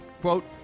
quote